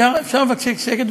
אפשר לבקש שקט,